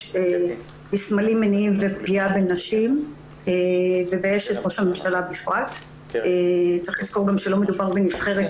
בסמלים מיניים ופגיעה בנשים ובפרט באשת ראש הממשלה.